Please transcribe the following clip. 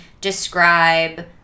describe